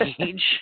age